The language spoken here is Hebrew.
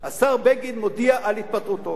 השר בגין מודיע על התפטרותו.